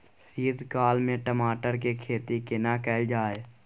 शीत काल में टमाटर के खेती केना कैल जाय?